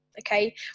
Okay